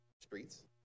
streets